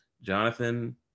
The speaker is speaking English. Jonathan